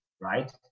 right